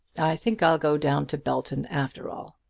think i'll go down to belton after all.